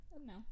No